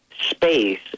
space